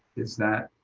is that